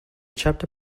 chapter